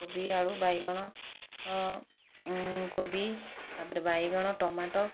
କୋବି ଆଳୁ ବାଇଗଣ କୋବି ତା'ପରେ ବାଇଗଣ ଟମାଟୋ